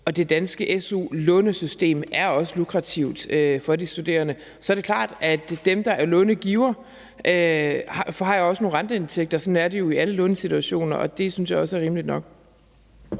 og det danske su-lånesystem er også lukrativt for de studerende. Så er det klart, at dem, der er långivere, også har nogle renteindtægter. Sådan er det jo i alle lånesituationer, og det synes jeg også er rimeligt nok.